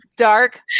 Dark